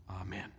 Amen